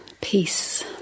peace